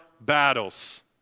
battles